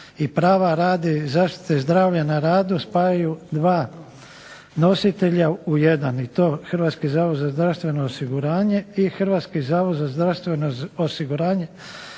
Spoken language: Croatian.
i prava radi zaštite zdravlja na radu spajaju dva nositelja u jedan, i to Hrvatski zavod za zdravstveno osiguranje i Hrvatski zavod za zdravstveno osiguranje